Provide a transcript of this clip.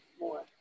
more